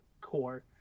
core